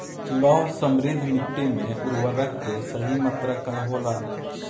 लौह समृद्ध मिट्टी में उर्वरक के सही मात्रा का होला?